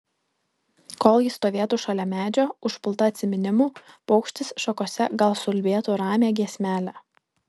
kol ji stovėtų šalia medžio užpulta atsiminimų paukštis šakose gal suulbėtų ramią giesmelę